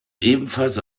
ebenfalls